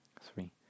three